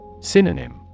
Synonym